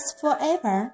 forever